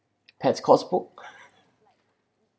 pets course book